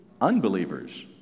Unbelievers